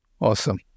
Awesome